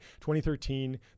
2013